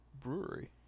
brewery